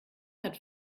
hat